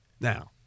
now